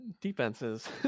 defenses